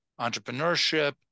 entrepreneurship